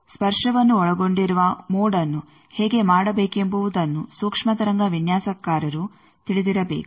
ಸ್ಪರ್ಶವನ್ನು ಒಳಗೊಂಡಿರುವ ಮೋಡ್ಅನ್ನು ಹೇಗೆ ಮಾಡಬೇಕೆಂಬುವುದನ್ನು ಸೂಕ್ಷ್ಮ ತರಂಗ ವಿನ್ಯಾಸಕಾರರು ತಿಳಿದಿರಬೇಕು